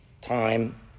Time